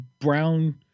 brown